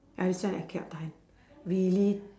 ah this one I cannot tahan really